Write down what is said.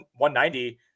190